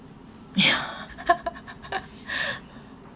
ya